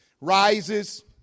rises